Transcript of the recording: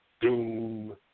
Doom